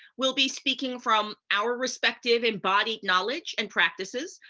we'll be speaking from our respective and bodied knowledge and practices,